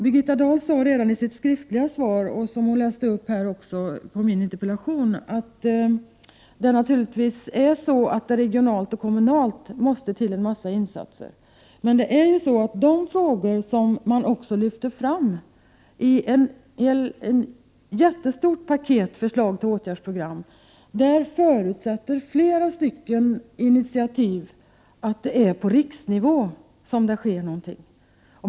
Birgitta Dahl sade redan i sitt skriftliga svar på min interpellation att det faktiskt är så att det regionalt och kommunalt måste till en mängd insatser. Men de frågorna, som man också lyfter fram i ett jättestort paket med förslag till åtgärdsprogram, förutsätter flera initiativ, så att det är på riksnivå som det skall ske någonting.